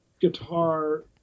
guitar